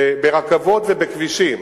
ברכבות ובכבישים,